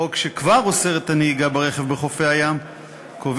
החוק שכבר אוסר את הנהיגה ברכב בחופי הים קובע